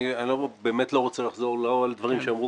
אני באמת לא רוצה לחזור לא על דברים שאמרו